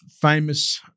famous